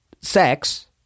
sex